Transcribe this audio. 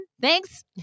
Thanks